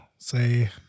Say